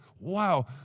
wow